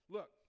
Look